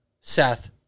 Seth